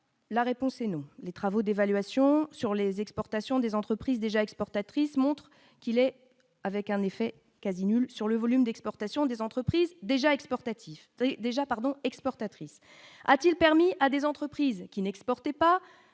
la réponse est : nous, les travaux d'évaluation sur les exportations des entreprises déjà exportatrices montres qu'il est, avec un effet quasi nul sur le volume d'exportations des entreprises déjà exportateurs déjà pardon exportatrice, a-t-il permis à des entreprises qui n'exportait pas